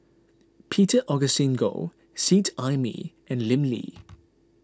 Peter Augustine Goh Seet Ai Mee and Lim Lee